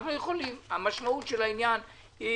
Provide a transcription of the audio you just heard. המשמעות של העניין היא